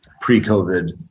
pre-COVID